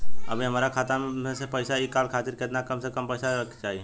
अभीहमरा खाता मे से पैसा इ कॉल खातिर केतना कम से कम पैसा रहे के चाही?